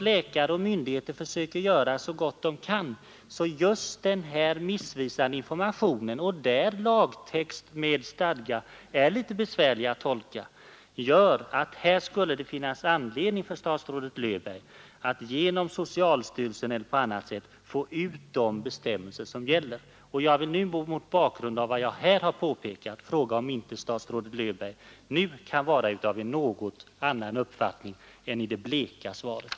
Läkare och myndigheter gör naturligtvis så gott de kan, men denna missvisande information gör, eftersom lagtext och stadgar är litet besvärliga att tolka — att det här skulle finnas anledning för statsrådet Löfberg att genom socialstyrelsen eller på annat sätt föra ut information om de bestämmelser som gäller. Jag vill mot bakgrund av vad jag här har påpekat fråga om inte statsrådet Löfberg nu är av en annan uppfattning än i det bleka svaret.